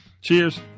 Cheers